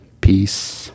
peace